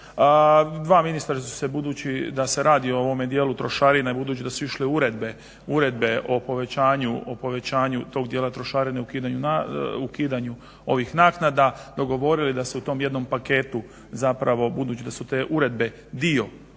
Dva ministra su se budući da se radi o ovom dijelu trošarina i budući da su išle uredbe o povećanju tog dijela trošarine i ukidanju ovih naknada dogovorili da se u tom jednom paketu, zapravo budući da su te uredbe dio